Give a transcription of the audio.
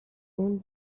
اون